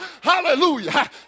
hallelujah